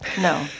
No